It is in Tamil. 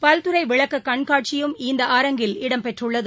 பல்துறை விளக்க கண்காட்சியும் இந்த அரங்கில் இடம்பெற்றுள்ளது